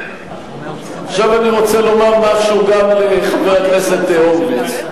עכשיו אני רוצה לומר משהו גם לחבר הכנסת הורוביץ.